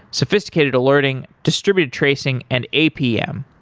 sophisticated alerting, distributed tracing and apm.